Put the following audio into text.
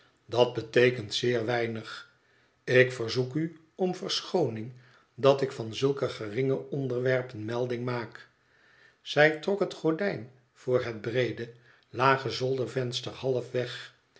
dat beteekent zeer weinig ik verzoek u om verschooning dat ik van zulke geringe onderwerpenmelding maak zij trok het gordijn voor het breede lage zoldervenster half